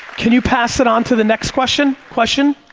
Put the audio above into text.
can you pass it on to the next question? question?